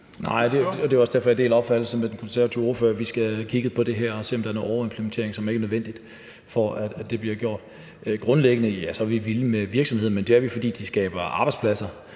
Nej, og det er også derfor, jeg deler opfattelse med den konservative ordfører, i forhold til at vi skal have kigget på det her og se, om der er noget overimplementering, som ikke er nødvendigt, for at det bliver gjort. Grundlæggende er vi vilde med virksomheder, men det er vi, fordi de skaber arbejdspladser,